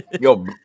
Yo